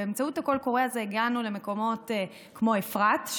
באמצעות הקול הקורא הזה הגענו למקומות כמו אפרת,